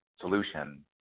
solution